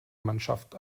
mannschaft